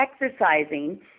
exercising